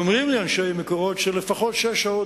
אומרים לי אנשי "מקורות" שלפחות שש שעות